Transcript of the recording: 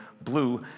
blue